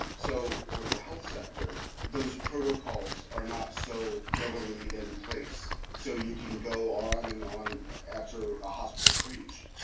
so with the health sector those protocols are not so readily in place. so you can go on and on after a hospital is breached.